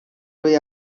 روی